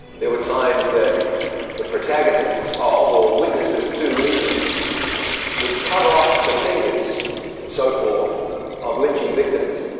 there were times that the protagonists of or witnesses to lynchings would cut off the fingers and so forth of lynching victims